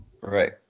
Right